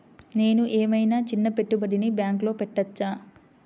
నేను ఏమయినా చిన్న పెట్టుబడిని బ్యాంక్లో పెట్టచ్చా?